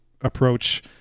approach